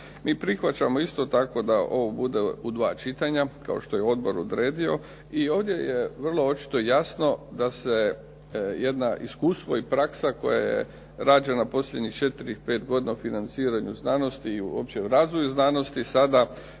Mi prihvaćamo isto tako da ovo bude u dva čitanja kao što je odbor odredio. I ovdje je vrlo očito jasno da se jedno iskustvo i praksa koja je rađena posljednjih četiri, pet godina u financiranju znanosti i uopće u razvoju znanosti sada